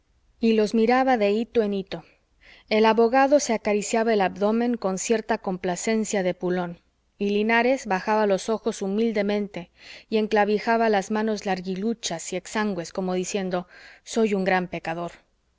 y los miraba de hito en hito el abogado se acariciaba el abdómen con cierta complacencia de epulón y linares bajaba los ojos humildemente y enclavijaba las manos larguiluchas y exangües como diciendo soy un gran pecador